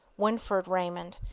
winford raymond,